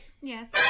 Yes